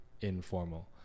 informal